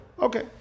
Okay